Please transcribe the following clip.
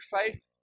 faith